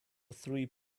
three